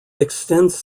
extends